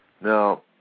Now